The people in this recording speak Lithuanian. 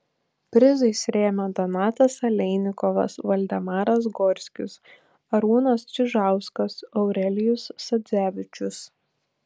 prizais rėmė donatas aleinikovas valdemaras gorskis arūnas čižauskas aurelijus sadzevičius